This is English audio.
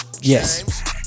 Yes